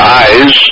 eyes